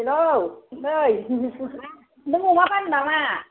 hello नै नों अमा फानो नामा